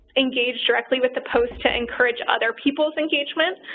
engage directly with the post to encourage other people's engagement.